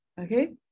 Okay